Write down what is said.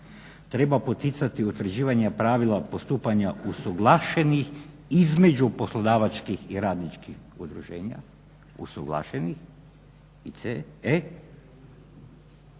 Treba poticati utvrđivanje pravila postupanja u suglašenih između poslodavačkih i radničkih udruženja, usuglašenih. I